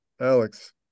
alex